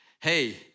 hey